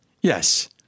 Yes